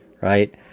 right